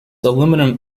aluminum